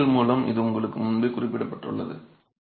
குறியீடுகள் மூலம் இது உங்களுக்கு முன்பே குறிப்பிடப்பட்டுள்ளது